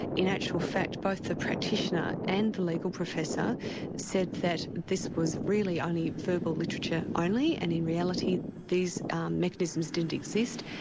in actual fact, both the practitioner and the legal professor said that this was really only verbal literature, and in reality these mechanisms didn't exist,